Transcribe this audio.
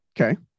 okay